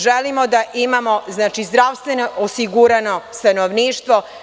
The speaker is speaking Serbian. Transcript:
Želimo da imamo zdravstveno osigurano stanovništvo.